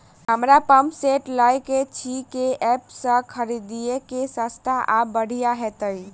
हमरा pump set लय केँ अछि केँ ऐप सँ खरिदियै की सस्ता आ बढ़िया हेतइ?